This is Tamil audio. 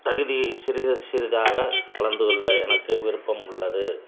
தகுதியை சிறுது சிறிதாக கலந்துக் கொள்ள எனக்கு விருப்பம் உள்ளது